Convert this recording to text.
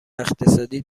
اقتصادی